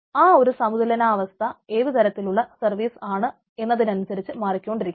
ആ ഒരു സമതുലനാവസ്ഥ ഏതുതരത്തിലുള്ള സർവ്വീസ് ആണ് എന്നതനുസരിച്ച് മാറിക്കൊണ്ടിരിക്കും